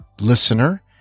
listener